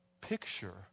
picture